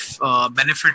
Benefit